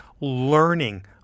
learning